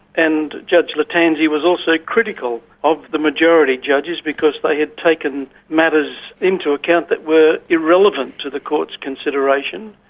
and judge lattanzi was also critical of the majority judges because they had taken matters into account that were irrelevant to the court's consideration.